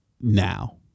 Now